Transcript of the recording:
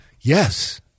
Yes